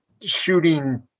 shooting